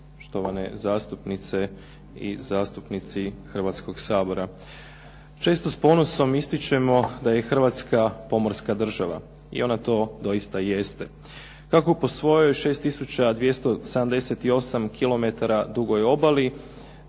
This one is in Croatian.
štovane zastupnice i zastupnici hrvatskog Sabora. Često s ponosom ističemo da je Hrvatska pomorska država i ona to doista jeste. Kako po svojoj 6 tisuća 278 kilometara dugoj obali,